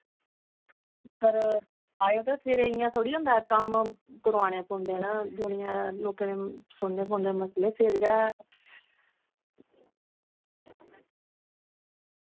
पर फिर इंया थोह्ड़े होंदा ऐ कम्म जाना करवाने पौंदे न दूनियां लोकें दे सुनने पौंदे मसले फिर गै